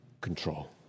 control